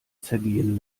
zergehen